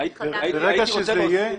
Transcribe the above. ברגע שזה יהיה,